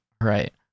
Right